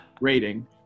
rating